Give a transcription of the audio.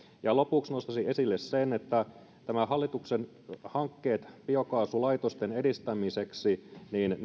ja lopuksi nostaisin esille sen että hallituksen hankkeet biokaasulaitosten edistämiseksi